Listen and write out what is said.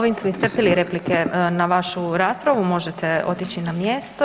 Ovim smo iscrpili replike na vašu raspravu, možete otići na mjesto.